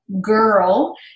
girl